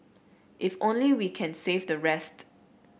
if only we can save the rest